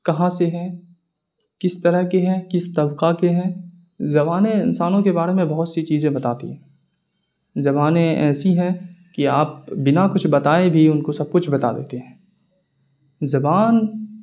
کہاں سے ہیں کس طرح کے ہیں کس طبقہ کے ہیں زبانیں انسانوں کے بارے میں بہت سی چیزیں بتاتی ہے زبانیں ایسی ہیں کہ آپ بنا کچھ بتائے بھی ان کو سب کچھ بتا دیتے ہیں زبان